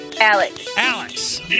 Alex